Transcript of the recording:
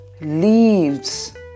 leaves